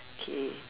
okay